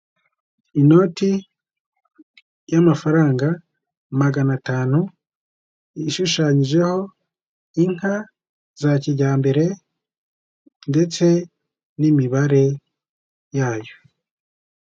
Inoti y'amafaranga magana atanu, ishushanyijeho inka za kijyambere ndetse n'imibare yayo.